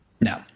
No